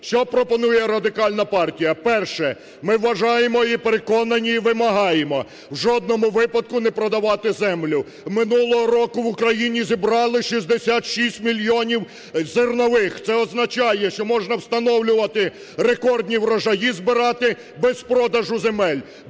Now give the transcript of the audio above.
Що пропонує Радикальна партія? Перше, ми вважаємо і переконані, і вимагаємо в жодному випадку не продавати землю. Минулого року в Україні зібрали 66 мільйонів зернових, це означає, що можна встановлювати, рекордні врожаї збирати без продажу земель.